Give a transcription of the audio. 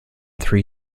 three